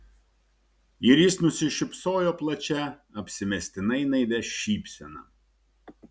ir jis nusišypsojo plačia apsimestinai naivia šypsena